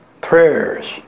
prayers